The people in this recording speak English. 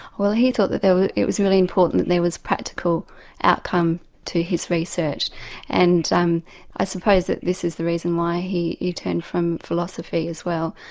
well he thought that it was really important there was practical outcome to his research and um i suppose that this is the reason why he he turned from philosophy as well.